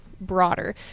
broader